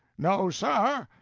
no, sir.